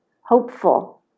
hopeful